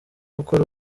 gukora